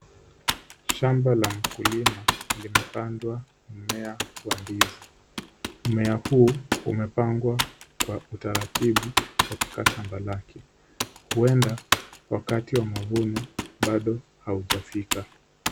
Shamba la mkulima limepandwa mmea wa ndizi. Mmea huu umepandwa kwa utaratibu katika shamba lake, huenda wakati wa mavuno bado haujafika.